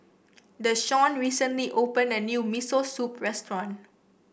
Deshawn recently opened a new Miso Soup restaurant